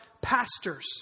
pastors